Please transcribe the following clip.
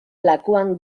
lakuan